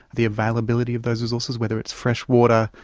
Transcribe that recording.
the availability of those resources, whether it's fresh water,